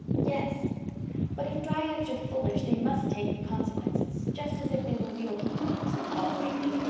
yes but if dryads are foolish they must take the consequences, just as if they were real people, said paul gravely.